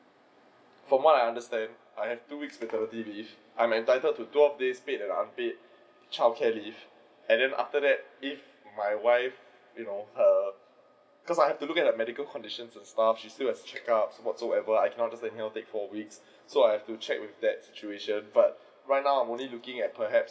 from what I understand I have two weeks paternity leave I am entitled to twelve days paid and unpaid child care leave and then after that leave my wife you know her cos' I have to look at her medical condition and stuff she still got check ups whatsoever I cannot just anyhow take four weeks so I have to check with that situation but right now I am looking at perhaps